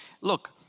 Look